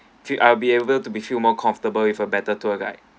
I will be able to be feel more comfortable with a better tour guide